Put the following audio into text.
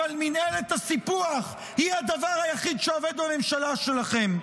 אבל מינהלת הסיפוח היא הדבר היחיד שעובד בממשלה שלכם.